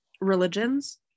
religions